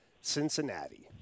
Cincinnati